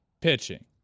Pitching